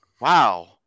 wow